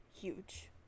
Huge